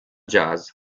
jazz